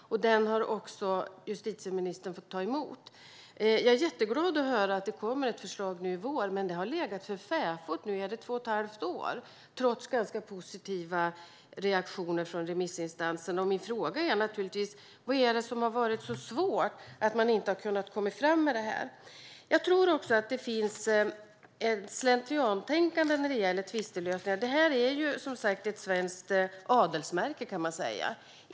Den har också justitieministern fått ta emot. Jag är jätteglad att höra att det kommer ett förslag i vår, men det har legat för fäfot i två och ett halvt år trots ganska positiva reaktioner från remissinstanserna. Min fråga är naturligtvis: Vad är det som har varit så svårt att man inte har kunnat komma fram med förslaget? Jag tror att det finns ett slentriantänkande när det gäller tvistlösningar. Detta är ett svenskt adelsmärke, kan man säga.